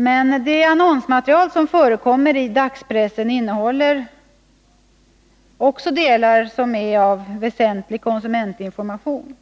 Men en del av det annonsmaterial som förekommer i dagspressen innehåller sådant som är väsentlig konsumentinformation.